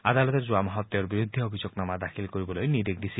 আদালতে যোৱা মাহত তেওঁৰ বিৰুদ্ধে অভিযোগনামা দাখিল কৰিবলৈ নিৰ্দেশ দিছিল